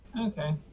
Okay